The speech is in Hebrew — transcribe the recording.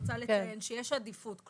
רוצה לציין שיש עדיפות,